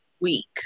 week